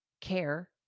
Care